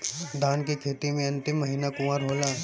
धान के खेती मे अन्तिम महीना कुवार होला?